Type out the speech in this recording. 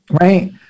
Right